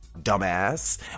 Dumbass